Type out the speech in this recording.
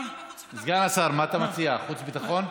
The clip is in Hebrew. סגן השר, מה אתה מציע, חוץ וביטחון?